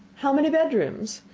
how many bedrooms?